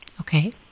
Okay